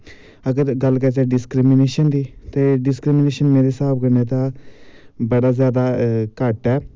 अगर गल्ल करचै डिसक्रिमिनेशन दी ते डिसक्रिमिनेशन मेरे हिसाब कन्नै ता बड़ा जादा घट्ट ऐ